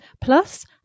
Plus